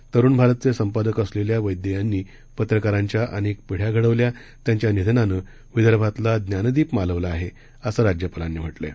तरुणभारतचेसंपादकअसलेल्यावैद्ययांनीपत्रकारांच्याअनेकपिढ्याघडविल्या त्यांच्यानिधनानंविदर्भातलाज्ञानदीपमालवलाआहे असंराज्यपालांनीम्हटलंय